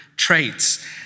traits